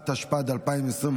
התשפ"ד 2024,